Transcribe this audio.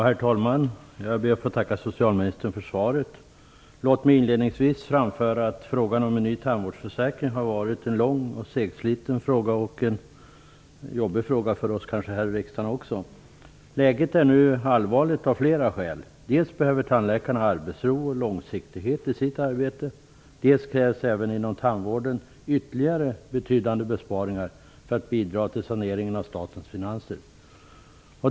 Herr talman! Jag ber att få tacka socialministern för svaret. Låt mig inledningsvis framföra att frågan om en ny tandvårdsförsäkring har varit en lång och segsliten fråga. Det har varit en jobbig fråga också för oss här i riksdagen. Läget är nu allvarligt av flera skäl. Tandläkarna behöver arbetsro och långsiktighet i sitt arbete. Det krävs även inom tandvården ytterligare betydande besparingar med hänsyn till statens finanser.